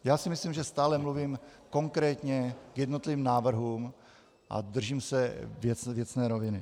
Já si myslím, že stále mluvím konkrétně k jednotlivým návrhům a držím se věcné roviny.